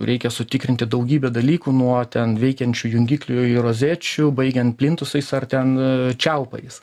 reikia sutikrinti daugybę dalykų nuo ten veikiančių jungiklių ir rozečių baigiant plintusais ar ten čiaupais